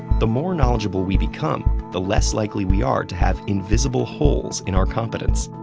the more knowledgeable we become, the less likely we are to have invisible holes in our competence.